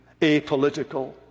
apolitical